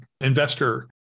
investor